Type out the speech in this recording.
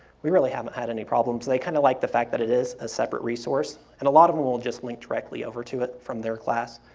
we really haven't had any problems. they kind of like the fact that it is a separate resource and a lot of them will just link directly over to it from their class,